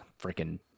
freaking